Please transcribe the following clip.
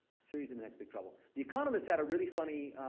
syria's in the next big trouble. the economist had a really funny,